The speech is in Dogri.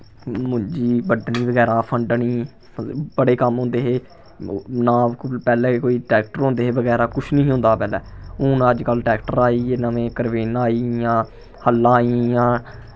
मुंजी बड्डनी बगैरा फंडनी मतलब बड़े कम्म होंदे हे ना पैह्लैं कोई ट्रैक्टर होंदे हे बगैरा कुछ निही होंदा बगैरा हून अज्जकल ट्रैक्टर आई गे नमें करपेनां आई गेइयां हल्लां आई गेइयां